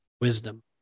wisdom